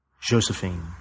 Josephine